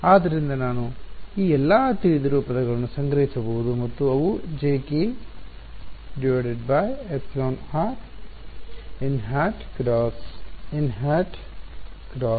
ಆದ್ದರಿಂದ ನಾನು ಈ ಎಲ್ಲಾ ತಿಳಿದಿರುವ ಪದಗಳನ್ನು ಸಂಗ್ರಹಿಸಬಹುದು ಮತ್ತು ಅವು jk εr nˆ × nˆ × Hinc ಆಗುತ್ತವೆ